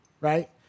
right